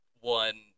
one